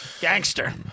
gangster